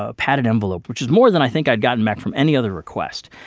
ah padded envelope. which is more than i think i'd gotten back from any other request.